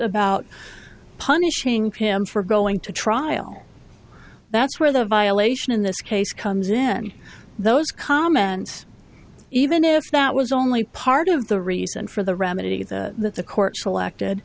about punishing pym for going to trial that's where the violation in this case comes in those comments even if that was only part of the reason for the remedy that the court selected